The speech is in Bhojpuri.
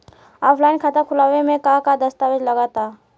ऑफलाइन खाता खुलावे म का का दस्तावेज लगा ता?